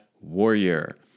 warrior